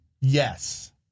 Yes